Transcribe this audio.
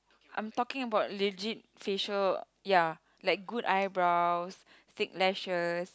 I'm talking about legit facial ya like good eyebrows thick lashes